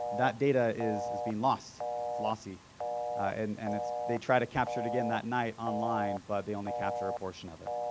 that data is is being lost, it's lossy and and they try to capture it again that night online but they only capture a portion of it.